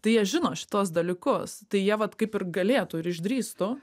tai jie žino šituos dalykus tai jie vat kaip ir galėtų ir išdrįstų